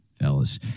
fellas